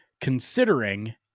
Considering